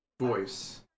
voice